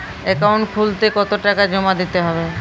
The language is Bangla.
অ্যাকাউন্ট খুলতে কতো টাকা জমা দিতে হবে?